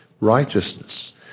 righteousness